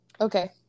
Okay